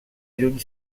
lluny